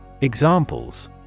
Examples